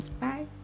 bye